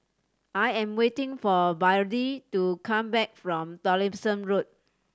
I am waiting for Byrdie to come back from Tomlinson Road